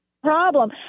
problem